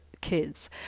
kids